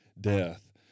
death